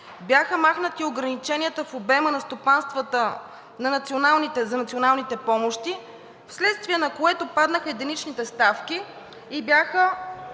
Бяха махнати ограниченията в обема на стопанствата за националните помощи, вследствие на което паднаха единичните ставки и бяха